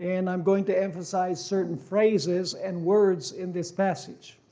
and i'm going to emphasize certain phrases and words in this passage.